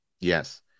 Yes